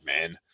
man